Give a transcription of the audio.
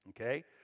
Okay